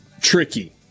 tricky